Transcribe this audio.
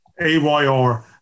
AYR